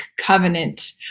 covenant